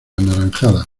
anaranjadas